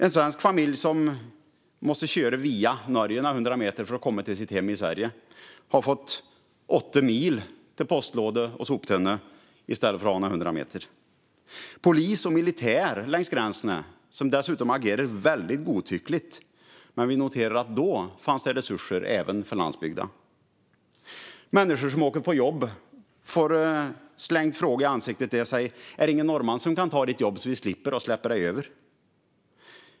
En svensk familj som måste köra via Norge i några hundra meter för att komma till sitt hem i Sverige har fått åtta mil till postlåda och soptunna. Polis och militär står längs gränsen och agerar dessutom väldigt godtyckligt. Men vi noterar att då fanns det resurser även till landsbygden. Människor som åker på jobb får frågan slängd i ansiktet: Är det ingen norrman som kan ta ditt jobb så att vi slipper släppa dig över gränsen?